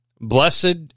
Blessed